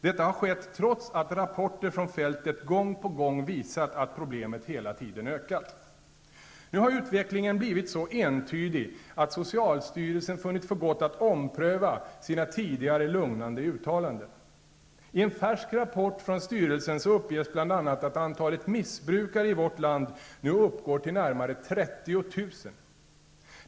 Detta har skett trots att rapporter från fältet gång på gång visat att problemet hela tiden ökat. Nu har utvecklingen blivit så entydig att socialstyrelsen funnit för gott att ompröva sina tidigare lugnande uttalanden. I en färsk rapport från styrelsen uppges bl.a. att antalet missbrukare i vårt land nu uppgår till närmare 30 000.